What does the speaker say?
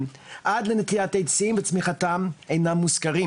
עד לנטיעת עצים וצמיחתם אינם מוזכרים.